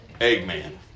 Eggman